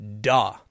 duh